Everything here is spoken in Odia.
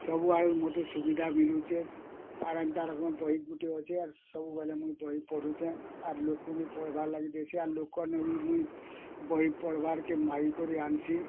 ସବୁଆଡ଼ୁ ମୋତେ ସୁବିଧା ମିଲୁଛେଁ ଆର୍ ଏନ୍ତା ରକମ ବହି ଗୁଟେ ଅଛି ଆର୍ ସବୁବେଳେ ମୁଇଁ ବହି ପଢ଼ୁଛେଁ ଆର୍ ଲୋକ୍ବି ପଢ଼୍ବାର୍ ଲାଗି ଦେଇଛି ଆର୍ ଲୋକମାନେ ବି ମୁଇଁ ବହି ପଢ଼୍ବାର୍ କେ ମାଗି କରି ଆଣିସିଁ